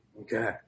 Okay